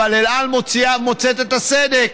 אבל אל על מוצאת את הסדק: